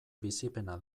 bizipena